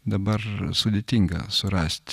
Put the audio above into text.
dabar sudėtinga surasti